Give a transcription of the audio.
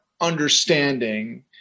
understanding